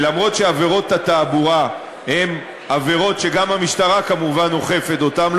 ואף שעבירות התעבורה הן עבירות שגם המשטרה כמובן אוכפת אותן,